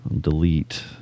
Delete